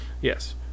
Yes